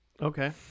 Okay